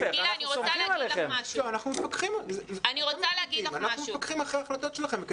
אנחנו מפקחים על ההחלטות שלכם.